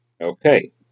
Okay